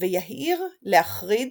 ויהיר להחריד